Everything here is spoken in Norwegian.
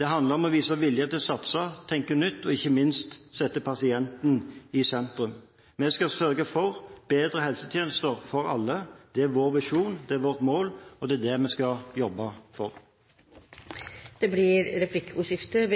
Det handler om å vise vilje til å satse, tenke nytt og ikke minst sette pasienten i sentrum. Vi skal sørge for bedre helsetjenester for alle. Det er vår visjon, det er vårt mål, og det er det vi skal jobbe for. Det blir replikkordskifte.